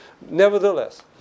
Nevertheless